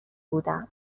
بودم